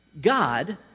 God